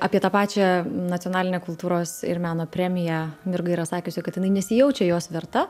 apie tą pačią nacionalinę kultūros ir meno premiją mirga yra sakiusi kad jinai nesijaučia jos verta